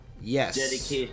yes